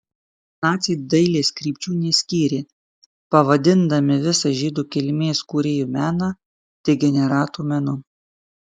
naciai dailės krypčių neskyrė pavadindami visą žydų kilmės kūrėjų meną degeneratų menu